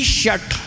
shut